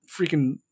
freaking